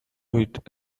үед